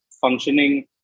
functioning